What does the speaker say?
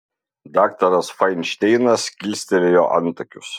daktaras fainšteinas kilstelėjo antakius